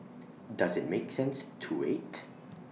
does IT make sense to wait